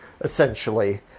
essentially